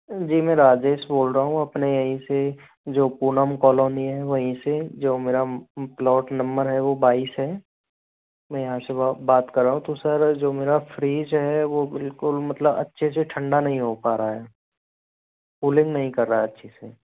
जी मैं राजेश बोल रहा हूँ अपने यहीं से जो पूनम कॉलोनी है वहीं से जो मेरा प्लॉट नंबर है वो बाईस है मैं यहाँ से बात करो तो सर जो मेरा फ्रिज है वो बिलकुल मतलब अच्छे से ठंडा नहीं हो पा रहा है कुलिंग नहीं कर रहा है अच्छे से